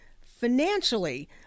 financially